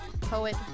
poet